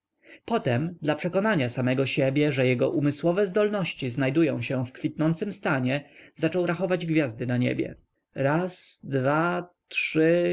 potem dla przekonania samego siebie że jego umysłowe zdolności znajdują się w kwitnącym stanie zaczął rachować gwiazdy na niebie raz dwa trzy